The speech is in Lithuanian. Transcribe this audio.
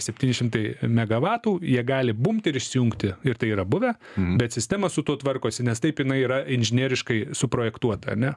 septyni šimtai megavatų jie gali bumt ir išsijungti ir tai yra buvę bet sistema su tuo tvarkosi nes taip jinai yra inžineriškai suprojektuota ane